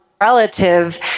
relative